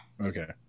Okay